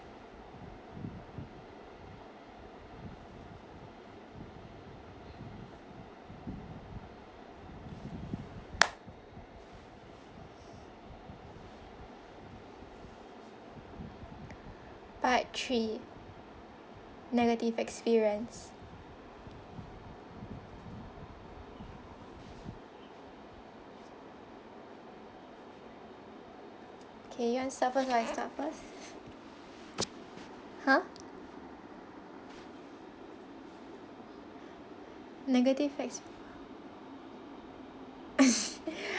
part three negative experience okay you want to start first or I start first !huh! negative ex~